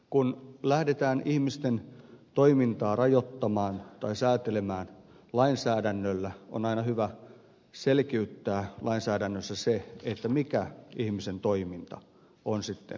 kun lähdetään ihmisten toimintaa rajoittamaan tai säätelemään lainsäädännöllä on aina hyvä selkeyttää lainsäädännössä se mikä ihmisen toiminta on sitten säädeltyä